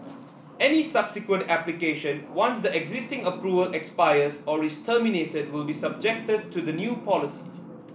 any subsequent application once the existing approval expires or is terminated will be subjected to the new policy